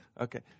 okay